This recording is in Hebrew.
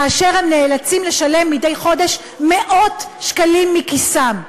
ונאלצים לשלם מדי חודש מאות שקלים מכיסם.